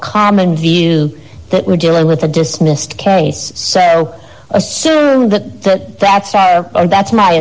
common view that we're dealing with a dismissed case so assume that that's fair that's my